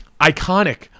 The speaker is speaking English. Iconic